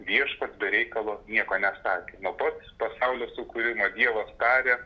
viešpats be reikalo nieko nesakė nuo pat pasaulio sukūrimo dievas tarė